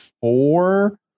Four